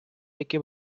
які